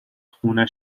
خونه